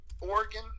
Oregon